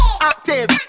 active